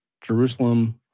Jerusalem